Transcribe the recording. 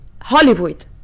Hollywood